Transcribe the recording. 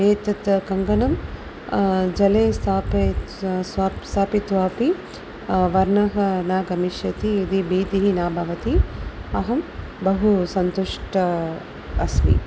एतत् कङ्कणं जले स्थापयित्वा स स्व स्थापयित्वा अपि वर्णः न गमिष्यति इति भीतिः न भवति अहं बहु सन्तुष्टा अस्मि